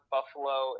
Buffalo